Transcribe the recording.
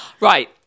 Right